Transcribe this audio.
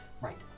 Right